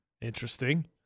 interesting